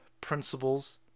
Principles